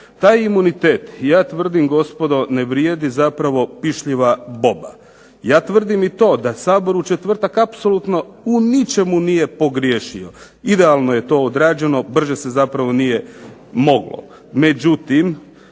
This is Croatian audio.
Taj imunitet ja tvrdim gospodo, ne vrijedi zapravo pišljiva boba. Ja tvrdim i to da SAbor u četvrtak apsolutno u ničemu nije pogriješio. Idealno je to odrađeno, brže se zapravo nije moglo.